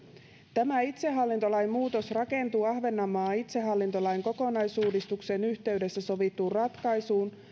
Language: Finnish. tämä itsehallintolain muutos rakentuu ahvenanmaan itsehallintolain kokonaisuudistuksen yhteydessä sovittuun ratkaisuun